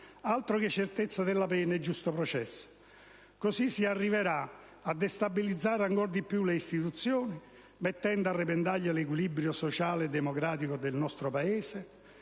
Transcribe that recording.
Altro che certezza della pena e giusto processo: così si arriverà a destabilizzare ancor di più le istituzioni, mettendo a repentaglio l'equilibrio sociale e democratico del nostro Paese,